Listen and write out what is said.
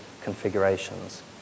configurations